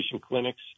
clinics